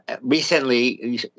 recently